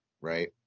right